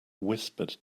whispered